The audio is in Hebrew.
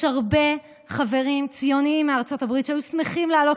יש הרבה חברים ציונים מארצות הברית שהיו שמחים לעלות